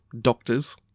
doctors